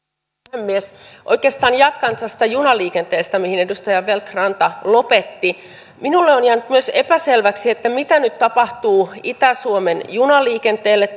puhemies oikeastaan jatkan tästä junaliikenteestä mihin edustaja feldt ranta lopetti minulle on jäänyt myös epäselväksi mitä nyt tapahtuu itä suomen junaliikenteelle